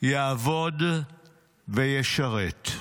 יעבוד וישרת.